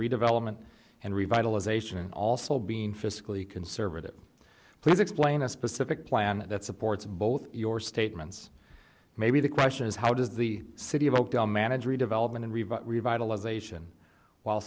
redevelopment and revitalization and also being fiscally conservative please explain a specific plan that supports both your statements maybe the question is how does the city of oakdale manage redevelopment and rebut revitalization while